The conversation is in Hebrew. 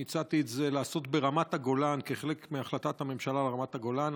אני הצעתי לעשות את זה ברמת הגולן כחלק מהחלטת הממשלה ברמת הגולן.